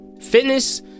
fitness